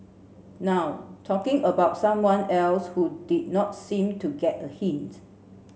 now talking about someone else who did not seem to get a hint